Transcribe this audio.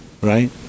Right